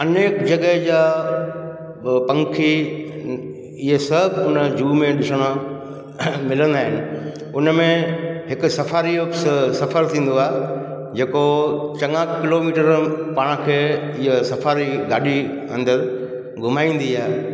अनेक जॻहि जा पखी इहे सभु उन जू में ॾिसणु मिलंदा आहिनि उन में हिकु सफ़ारी उप्स सफ़रु थींदो आहे जेको चङा किलोमीटर पाण खे इहे सफ़ारी ॾाढी अंदरि घुमाईंदी आहे